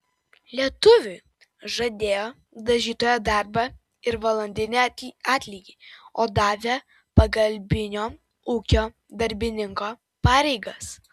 lietuviui žadėjo dažytojo darbą ir valandinį atlygį o davė pagalbinio ūkio darbininko pareigas